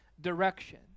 direction